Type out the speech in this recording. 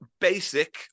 basic